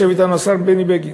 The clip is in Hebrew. השר בני בגין.